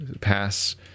pass